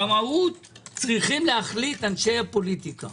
במהות צריכים להחליט אנשי הפוליטיקה.